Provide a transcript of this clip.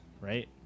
right